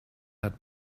hat